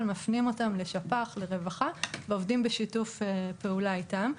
מפנים אותם לשפ"ח או לרווחה ועובדים בשיתוף פעולה איתם.